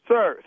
Sir